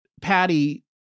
Patty